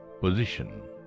position